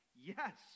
Yes